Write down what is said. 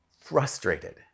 frustrated